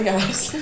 guys